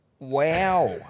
Wow